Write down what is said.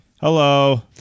Hello